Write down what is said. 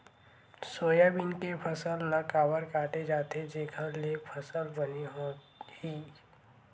Soybean के फसल ल काबर काटे जाथे जेखर ले फसल बने होही?